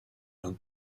non